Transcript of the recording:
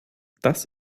das